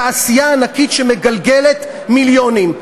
תעשייה ענקית שמגלגלת מיליונים.